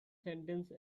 sentence